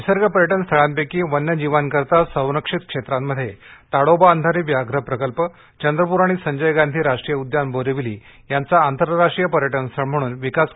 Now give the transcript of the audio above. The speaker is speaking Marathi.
निसर्ग पर्यटन स्थळांपैकी वन्य जीवांकरिता संरक्षित क्षेत्रांपैकी ताडोबा अंधारी व्याघ्र प्रकल्प चंद्रप्र आणि संजय गांधी राष्ट्रीय उद्यान बोरिवली यांचा आंतरराष्ट्रीय पर्यटनस्थळ म्हणून विकास करण्याचं नियोजित आहे